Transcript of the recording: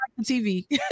TV